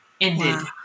ended